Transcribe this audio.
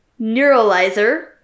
Neuralizer